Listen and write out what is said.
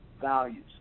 values